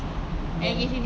then